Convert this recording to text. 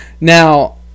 Now